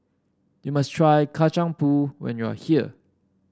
you must try Kacang Pool when you are here